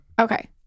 Okay